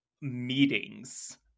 meetings